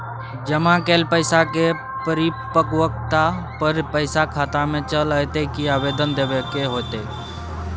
जमा कैल पैसा के परिपक्वता पर पैसा खाता में चल अयतै की आवेदन देबे के होतै?